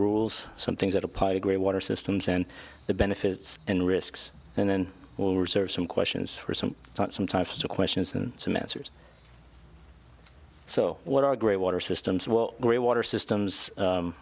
rules some things that apply agree water systems and the benefits and risks and then all research some questions for some some types of questions and some answers so what are great water systems well water systems